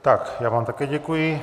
Já vám také děkuji.